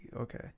Okay